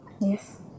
Yes